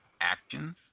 actions